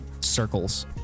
circles